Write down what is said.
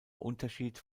unterschied